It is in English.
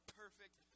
perfect